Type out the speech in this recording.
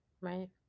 right